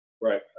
Right